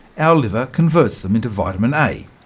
our liver converts them into vitamin a.